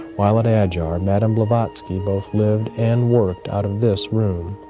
while at adyar, madame blavatsky both lived and worked out of this room.